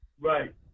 Right